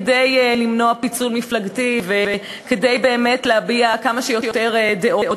כדי למנוע פיצול מפלגתי וכדי באמת להביע כמה שיותר דעות.